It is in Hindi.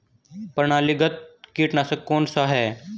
प्रणालीगत कीटनाशक कौन सा है?